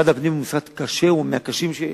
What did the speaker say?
משרד הפנים הוא משרד קשה, הוא מהקשים שיש,